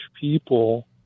people